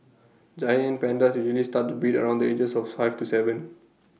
giant pandas usually start to breed around the ages of five to Seven